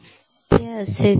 हे असे दिसते